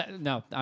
No